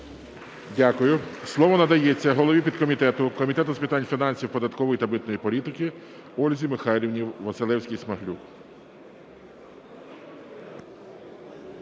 Дякую. Слово надається голові підкомітету Комітету з питань фінансів, податкової та митної політики Ользі Михайлівні Василевській-Смаглюк.